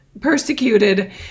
persecuted